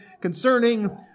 concerning